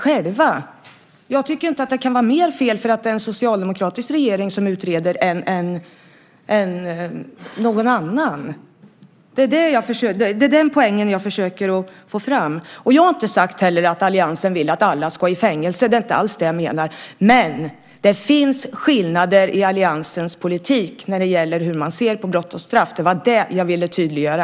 Jag tycker inte att det kan vara mer fel att en socialdemokratisk regering utreder än att någon annan gör det. Det är den poängen jag försöker få fram. Jag har inte sagt att alliansen vill att alla ska i fängelse. Det är inte alls det jag menar. Men det finns skillnader i alliansens politik när det gäller hur man ser på brott och straff. Det var det jag ville tydliggöra.